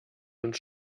uns